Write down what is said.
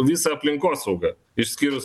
visą aplinkosaugą išskyrus